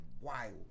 wild